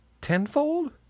Tenfold